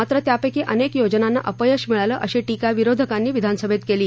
मात्र त्यापैकी अनेक योजनांना अपयश मिळालं अशी टीका विरोधकांनी विधानसभेत केली